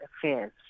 affairs